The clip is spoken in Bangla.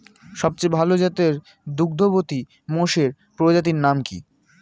সবচেয়ে ভাল জাতের দুগ্ধবতী মোষের প্রজাতির নাম কি?